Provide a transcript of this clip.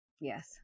Yes